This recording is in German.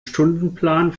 stundenplan